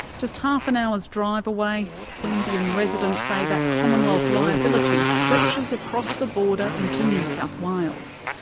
just half an hour's drive away, queanbeyan residents say that commonwealth liability stretches across the border into new south wales,